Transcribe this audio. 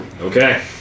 Okay